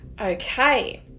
Okay